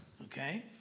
Okay